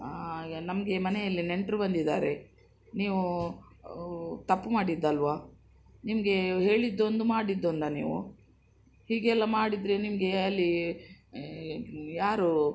ಆಂ ಈಗ ನಮಗೆ ಮನೆಯಲ್ಲಿ ನೆಂಟರು ಬಂದಿದಾರೆ ನೀವೂ ತಪ್ಪು ಮಾಡಿದ್ಧಲ್ವಾ ನಿಮಗೆ ಹೇಳಿದ್ದೊಂದು ಮಾಡಿದ್ದೊಂದಾ ನೀವು ಹೀಗೆಲ್ಲಾ ಮಾಡಿದರೆ ನಿಮಗೆ ಅಲ್ಲಿ ಯಾರು